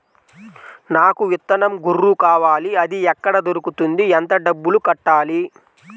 నాకు విత్తనం గొర్రు కావాలి? అది ఎక్కడ దొరుకుతుంది? ఎంత డబ్బులు కట్టాలి?